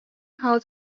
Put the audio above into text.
how